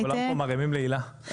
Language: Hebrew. הילה,